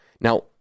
now